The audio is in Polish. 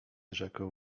rzeką